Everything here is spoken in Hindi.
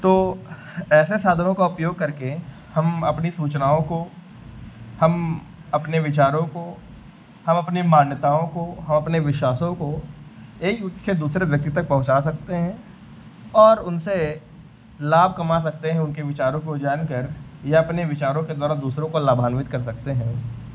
तो ऐसे साधनों का उपयोग करके हम अपनी सूचनाओं को हम अपने विचारों को हम अपनी मान्यताओं को हम अपने विश्वासों को एक व्यक्ति से दूसरे व्यक्ति तक पहुँचा सकते हैं और उनसे लाभ कमा सकते हैं उनके विचारों को जानकर या अपने विचारों के द्वारा दूसरों को लाभान्वित कर सकते हैं